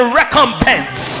recompense